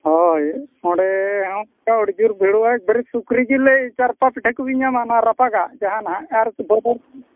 ᱦᱳᱭ ᱚᱸᱰᱮ ᱦᱚᱸ ᱟᱹᱰᱤ ᱡᱳᱨ ᱵᱷᱤᱲᱚᱜᱼᱟ ᱮᱠᱵᱟᱨᱮ ᱥᱩᱠᱨᱤ ᱡᱤᱞᱮ ᱪᱟᱨᱯᱟ ᱯᱤᱴᱷᱟᱹ ᱠᱚᱵᱤᱱ ᱧᱟᱢᱟ ᱚᱱᱟ ᱨᱟᱯᱟᱜᱟᱜ ᱡᱟᱦᱟᱱᱟᱜ ᱟᱨ ᱵᱷᱚᱵᱚᱨ